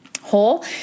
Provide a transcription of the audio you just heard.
whole